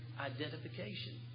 identification